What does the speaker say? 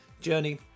journey